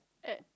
at